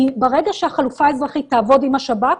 כי ברגע שהחלופה האזרחית תעבוד עם השב"כ,